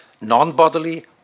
non-bodily